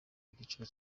icyiciro